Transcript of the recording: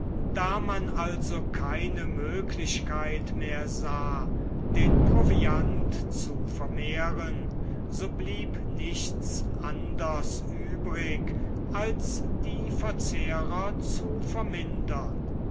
da man also keine möglichkeit mehr sah den proviant zu vermehren so blieb nichts anders übrig als die verzehrer zu vermindern